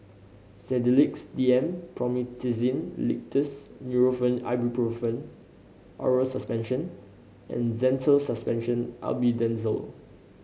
Sedilix D M Promethazine Linctus Nurofen Ibuprofen Oral Suspension and Zental Suspension Albendazole